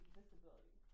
disability